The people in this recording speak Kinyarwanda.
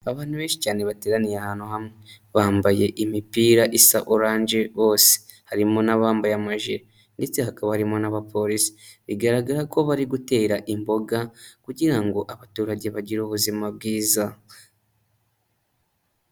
Abantu benshi cyane bateraniye ahantu hamwe, bambaye imipira isa oranje bose, harimo n'abambaye amajire ndetse hakaba harimo n'abapolisi, bigaragara ko bari gutera imboga kugira ngo abaturage bagire ubuzima bwiza.